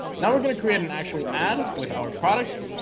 now, we're gonna create an actual ad with our product